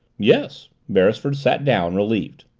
yes. beresford sat down, relieved.